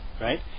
right